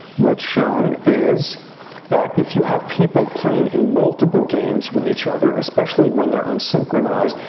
what's shown is that if you have people playing in multiple games with each other, especially when they're unsynchronized,